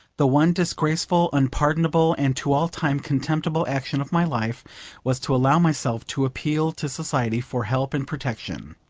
the one disgraceful, unpardonable, and to all time contemptible action of my life was to allow myself to appeal to society for help and protection.